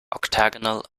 octagonal